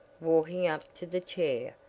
walking up to the chair,